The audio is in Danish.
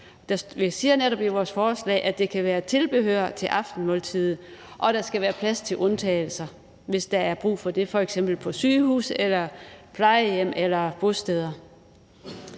Vi siger netop i vores forslag, at det kan være tilbehør til aftensmåltidet, og at der skal være plads til undtagelser, hvis der er brug for det på f.eks. sygehuse, plejehjem eller bosteder.